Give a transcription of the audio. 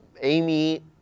Amy